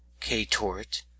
KTort